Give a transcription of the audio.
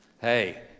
hey